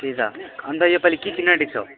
त्यही त अन्त योपालि के किन्नु आँटेको छौ